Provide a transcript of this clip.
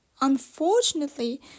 unfortunately